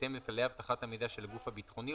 בהתאם לכללי אבטחת המידע של הגוף הביטחוני,